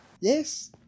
Yes